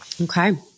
Okay